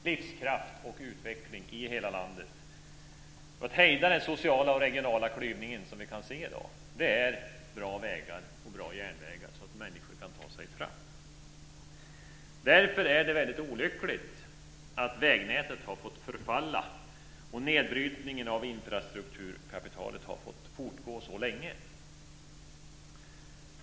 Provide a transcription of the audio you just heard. Herr talman! En av de grundläggande förutsättningarna för att kunna åstadkomma livskraft och utveckling i hela landet, för att hejda den sociala och regionala klyvning som vi kan se i dag är bra vägar och järnvägar, så att människor kan ta sig fram. Därför är det väldigt olyckligt att vägnätet har fått förfalla och nedbrytningen av infrastrukturkapitalet fått fortgå så länge.